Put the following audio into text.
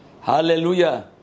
Hallelujah